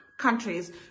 countries